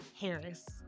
Harris